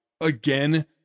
again